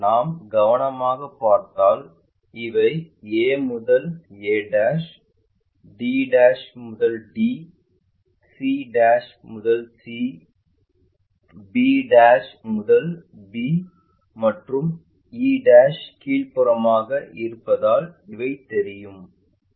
நாம் கவனமாகப் பார்த்தால் இவை a முதல் a d முதல் d c முதல் c b முதல் b மற்றும் e கீழ்ப்புறமாக இருப்பதால் இவை தெரியாது